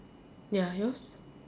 ya yours